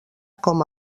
com